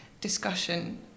discussion